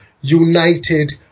united